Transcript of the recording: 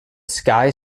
sky